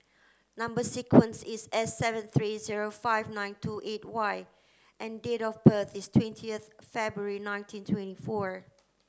number sequence is S seven three zero five nine two eight Y and date of birth is twentieth February nineteen twenty four